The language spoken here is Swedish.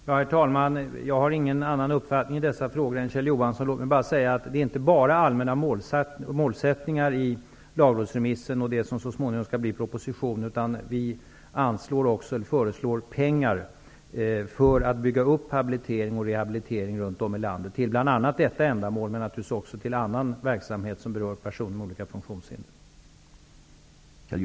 Herr talman! Jag har ingen annan uppfattning i dessa frågor än Kjell Johansson. Det finns inte enbart allmänna målsättningar i lagrådsremissen, och det som så småningom skall bli propositionen, utan regeringen föreslår också att pengar skall anslås för att runt om i landet bygga upp habilitering och rehabilitering för bl.a. detta ändamål, men naturligtvis också för annan verksamhet som berör personer med olika funktionshinder.